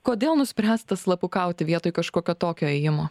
kodėl nuspręsta slapukauti vietoj kažkokio tokio ėjimo